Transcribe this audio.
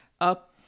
up